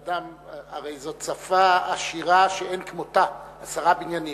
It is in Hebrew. הרי זו שפה עשירה שאין כמותה, עשרה בניינים.